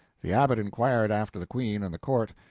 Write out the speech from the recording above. the abbot inquired after the queen and the court,